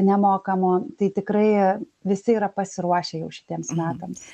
nemokamų tai tikrai visi yra pasiruošę jau šitiems metams